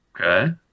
okay